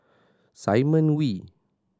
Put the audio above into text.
Simon Wee